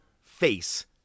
face